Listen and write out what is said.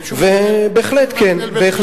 בהחלט כן.